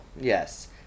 Yes